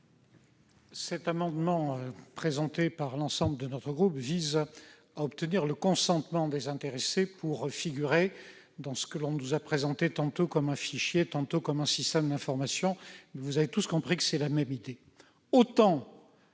Cet amendement, qui est présenté par l'ensemble de mon groupe, vise à obtenir le consentement des intéressés pour figurer dans ce que l'on nous a présenté tantôt comme un fichier, tantôt comme un système d'information ; tout le monde a bien compris que c'était la même idée.